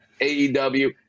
AEW